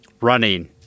running